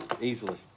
Easily